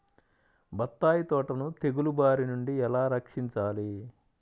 బత్తాయి తోటను తెగులు బారి నుండి ఎలా రక్షించాలి?